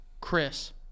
Chris